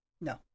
No